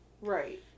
Right